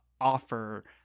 offer